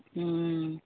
ᱦᱩᱸ